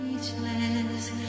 speechless